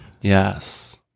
Yes